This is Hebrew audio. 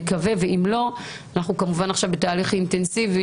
אנחנו כמובן נמצאים עכשיו בתהליך אינטנסיבי